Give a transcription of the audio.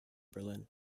berlin